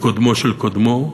וקודמו של קודמו,